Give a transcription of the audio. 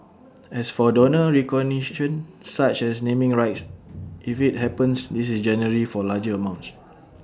as for donor recognition such as naming rights if IT happens this is generally for larger amounts